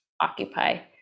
occupy